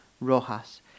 Rojas